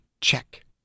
Check